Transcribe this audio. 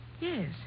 Yes